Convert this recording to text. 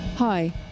Hi